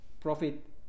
profit